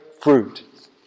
fruit